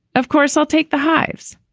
of course i'll take the hives,